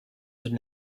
would